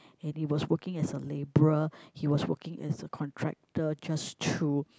and he was working as a labourer he was working as a contractor just to